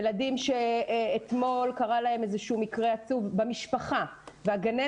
ילדים שאתמול קרה להם איזשהו מקרה עצוב במשפחה והגננת